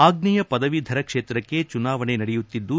ಆಗ್ನೇಯ ಪದವೀಧರ ಕ್ಷೇತ್ರಕ್ಕೆ ಚುನಾವಣೆ ನಡೆಯುತ್ತಿದ್ದು